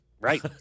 Right